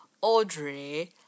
Audrey